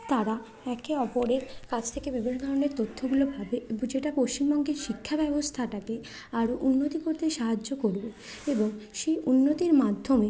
তারা একে অপরের কাছ থেকে বিভিন্ন ধরনের তথ্যগুলো পাবে এবং যেটা পশ্চিমবঙ্গের শিক্ষা ব্যবস্থাটাকে আরো উন্নতি করতে সাহায্য করবে এবং সেই উন্নতির মাধ্যমে